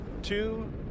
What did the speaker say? two